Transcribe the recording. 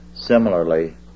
Similarly